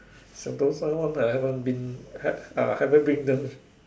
Sentosa one I haven't been have ah haven't bring them